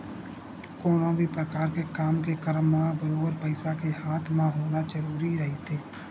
कोनो भी परकार के काम के करब म बरोबर पइसा के हाथ म होना जरुरी रहिथे